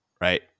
right